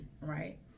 right